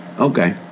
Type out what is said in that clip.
Okay